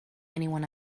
anyone